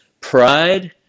pride